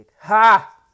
ha